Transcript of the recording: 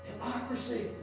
Hypocrisy